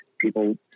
people